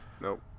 Nope